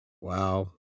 Wow